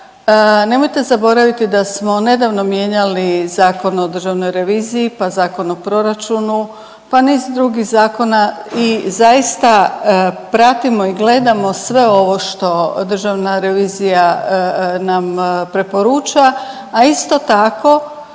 Nemojte zaboraviti da smo nedavno mijenjali Zakon o državnoj reviziji, pa Zakon o proračunu, pa niz drugih zakona i zaista pratimo i gledamo sve ovo što Državna revizija nam preporuča. A isto tako